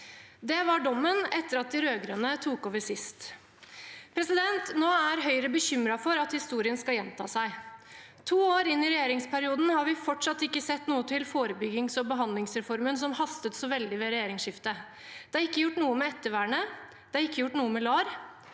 Det var dommen etter at de rød-grønne tok over sist. Nå er Høyre bekymret for at historien skal gjenta seg. To år inn i regjeringsperioden har vi fortsatt ikke sett noe til forebyggings- og behandlingsreformen, som hastet så veldig ved regjeringsskiftet. Det er ikke gjort noe med ettervernet, det er ikke gjort noe med LAR,